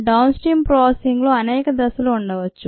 down stream processing లో అనేక దశలు ఉండవచ్చు